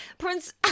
Prince